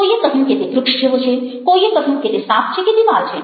કોઈએ કહ્યું કે તે વ્રુક્ષ જેવો છે કોઈએ કહ્યું કે તે સાપ છે કે દીવાલ છે